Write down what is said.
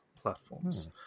platforms